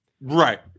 Right